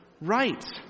right